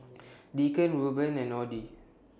Deacon Rueben and Audie